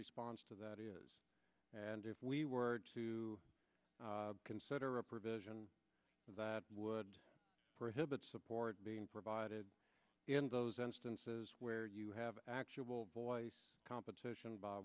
response to that is and if we were to consider a provision that would prohibit support being provided in those instances where you have actual voice competition by